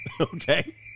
Okay